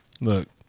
Look